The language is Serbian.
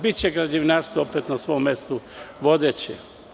Biće građevinarstvo opet na svom mestu, vodeće.